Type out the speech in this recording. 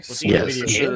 Yes